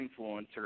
Influencer